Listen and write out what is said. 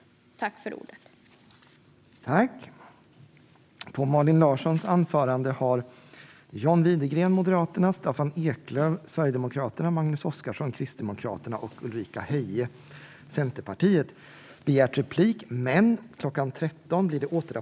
Material och produkter avsedda att komma i kontakt med livsmedel